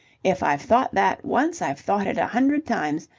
if i've thought that once, i've thought it a hundred times.